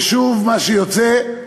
ושוב, מה שיוצא,